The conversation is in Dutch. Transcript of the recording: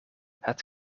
het